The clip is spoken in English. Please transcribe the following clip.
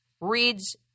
reads